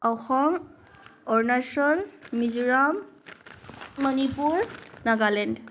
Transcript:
Assam Arunachal Mizoram Manipur Nagaland